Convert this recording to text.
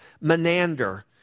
Menander